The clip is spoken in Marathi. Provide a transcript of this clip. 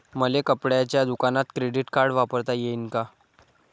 मले कपड्याच्या दुकानात क्रेडिट कार्ड वापरता येईन का?